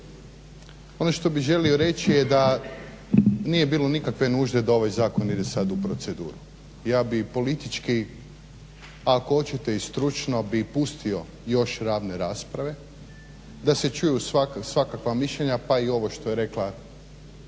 Ono što bih želio reći da nije bilo nikakve nužde da ovaj zakon ide sad u proceduru. Ja bih politički ako hoćete i stručno bih pustio još javne rasprave da se čuju svakakva mišljenja, pa i ovo što je rekla